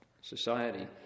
society